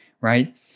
right